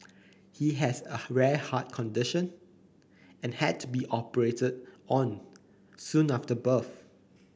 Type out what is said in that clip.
he has a rare heart condition and had to be operated on soon after birth